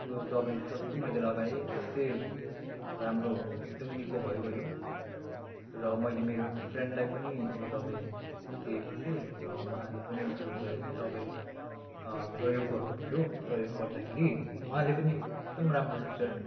त्यो दबाई जस्तो मैले लगाए त्यस्तै राम्रो एकदम निको भइगयो र मैले मेरो फ्रेन्डलाई पनि त्यो दबाई दिएको थिएँ र उहाँले पनि त्यो दबाई दबाई प्रयोग गर्नु भयो प्रयोग गर्दाखेरि उहाँले पनि एकदम राम्रो रिजल्ट